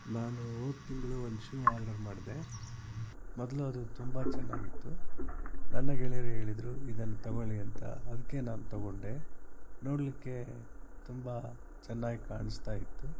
ನಾನು ಹೋದ ತಿಂಗಳು ಒಂದು ಶೂ ಆರ್ಡರ್ ಮಾಡಿದೆ ಮೊದಲು ಅದು ತುಂಬ ಚೆನ್ನಾಗಿತ್ತು ನನ್ನ ಗೆಳೆಯರು ಹೇಳಿದರು ಇದನ್ನು ತಗೊಳ್ಳಿ ಅಂತ ಅದಕ್ಕೆ ನಾನು ತಗೊಂಡೆ ನೋಡಲಿಕ್ಕೆ ತುಂಬ ಚೆನ್ನಾಗಿ ಕಾಣಿಸ್ತಾ ಇತ್ತು